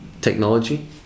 technology